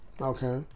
Okay